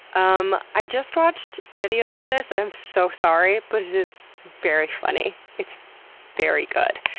umm, i just watched videos of this and i'm so sorry, but it is very funny. it's very good.